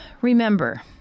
remember